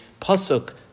Pasuk